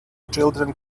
children